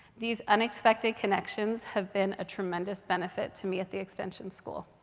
these unexpected connections have been a tremendous benefit to me at the extension school.